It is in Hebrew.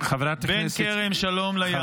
בין כרם שלום לים.